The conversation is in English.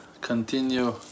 continue